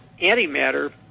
antimatter